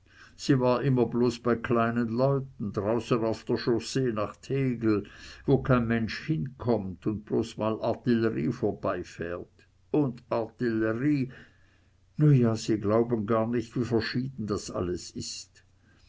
sie war immer bloß bei kleinen leuten draußen auf der chaussee nach tegel wo kein mensch recht hin kommt und bloß mal artillerie vorbeifährt und artillerie nu ja sie glauben gar nich wie verschieden das alles ist